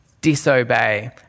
disobey